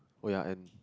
oh ya and